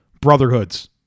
brotherhoods